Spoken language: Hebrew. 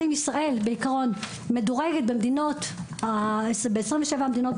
בעיקרון, ישראל מדורגת ב-27 המדינות.